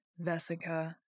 vesica